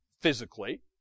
physically